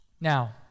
Now